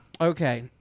Okay